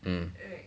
mm